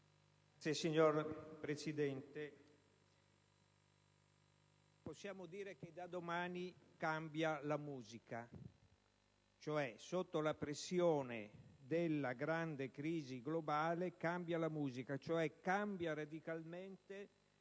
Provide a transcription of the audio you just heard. Signora Presidente, possiamo dire che da domani cambia la musica, cioè che sotto la pressione della grande crisi globale cambia la musica: cambia radicalmente